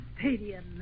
Stadium